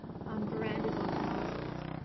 um verandas on houses